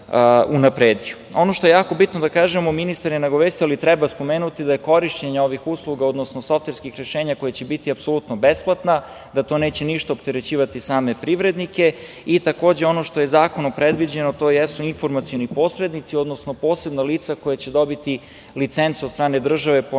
što je jako bitno da kažemo, ministar je nagovestio, ali treba spomenuti, da je korišćenje ovih usluga, odnosno softverskih rešenja koja će biti apsolutno besplatna, da to neće ništa opterećivati same privrednike i takođe ono što je zakonom predviđeno, to jesu informacioni posrednici, odnosno posebna lica koja će dobiti licencu od strane države po ispunjavanju